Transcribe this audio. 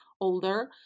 older